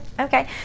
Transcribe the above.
Okay